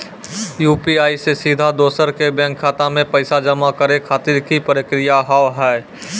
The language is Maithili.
यु.पी.आई से सीधा दोसर के बैंक खाता मे पैसा जमा करे खातिर की प्रक्रिया हाव हाय?